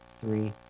three